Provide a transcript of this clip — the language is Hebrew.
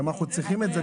למה צריך את זה בכלל?